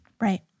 Right